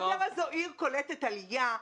חדרה היא עיר קולטת עלייה.